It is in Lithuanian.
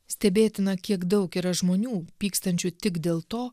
stebėtina kiek daug yra žmonių pykstančių tik dėl to